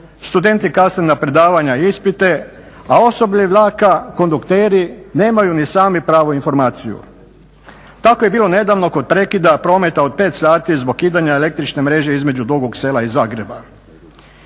studenti kasne na predavanja i ispite a osoblje vlaka, kondukteri nemaju ni sami pravu informaciju. Tako je bilo nedavno kod prekida prometa od 5 sati zbog kidanja električne mreže između Dugog sela i Zagreba.